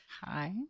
Hi